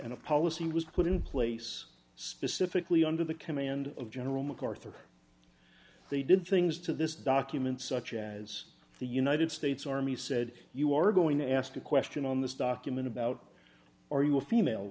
and a policy was put in place specifically under the command of general macarthur they did things to this document such as the united states army said you are going to ask a question on this document about are you a female